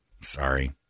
Sorry